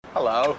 Hello